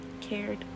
cared